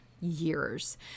years